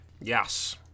Yes